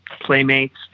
playmates